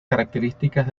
características